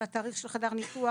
לתאריך של חדר הניתוח.